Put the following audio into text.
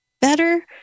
better